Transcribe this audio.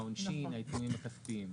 העונשין והעיצומים הכספיים.